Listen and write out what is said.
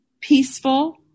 peaceful